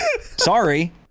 Sorry